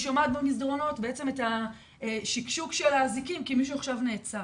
שומעת במסדרונות את השקשוק של האזיקים כי מישהו עכשיו נעצר.